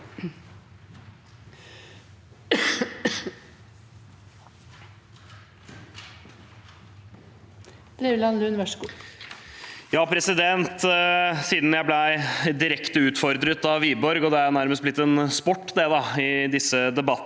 Siden jeg ble direkte utfordret av Wiborg, og det nærmest er blitt en sport i disse debattene,